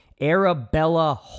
Arabella